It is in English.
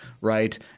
right